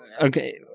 okay